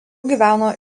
gyveno